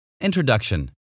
Introduction